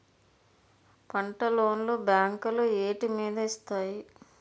పంట లోన్ లు బ్యాంకులు వేటి మీద ఇస్తాయి?